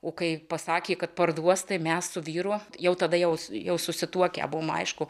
o kai pasakė kad parduos tai mes su vyru jau tada jos jau susituokę buvome aišku